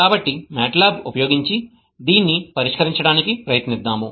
కాబట్టి MATLAB ఉపయోగించి దీన్ని పరిష్కరించడానికి ప్రయత్నిద్దాం